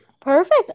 Perfect